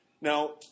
Now